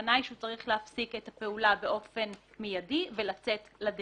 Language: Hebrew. הכוונה היא שהוא צריך להפסיק את הפעולה באופן מידי ולצאת לדרך.